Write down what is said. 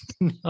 no